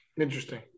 Interesting